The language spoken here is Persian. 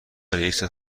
رئیست